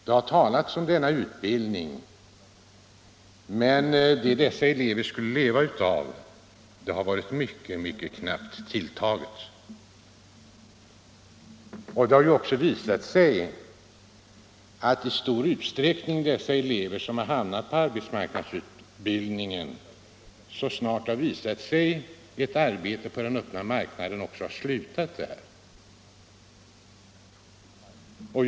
Det har talats om denna utbildning, men det som dessa elever skulle leva av har varit mycket knappt tilltagit. Det har också visat sig att de elever som hamnat på arbetsmarknadsutbildning i stor utsträckning slutat där så snart tillfälle erbjudits att få ett arbete på den öppna marknaden.